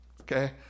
okay